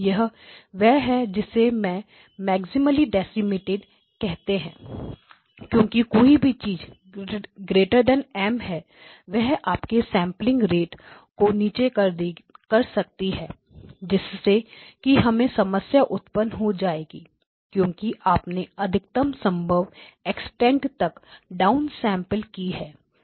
यह वह है जिसे हम मक्सिमली डेसीमेटड कहते हैं क्योंकि कोई भी चीज M है वह आपकी सैंपल दर को नीचे कर सकती है जिससे कि हमें समस्या उत्पन्न हो जाएगी क्योंकि आपने अधिकतम संभव एक्सटेंट तक डाउनसेंपल की है